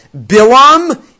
Bilam